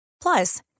Plus